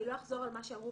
אני לא אחזור על מה שאמרו,